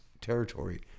territory